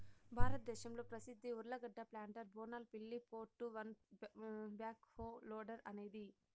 భారతదేశంలో ప్రసిద్ధ ఉర్లగడ్డ ప్లాంటర్ బోనాల్ పిల్లి four two one backhoe loader అనేది